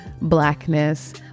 blackness